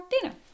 dinner